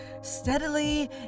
steadily